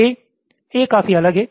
A A काफी अलग है